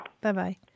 Bye-bye